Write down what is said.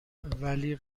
ولی